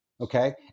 okay